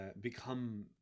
become